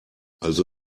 also